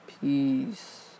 Peace